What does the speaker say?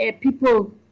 people